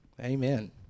Amen